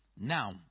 Now